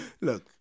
look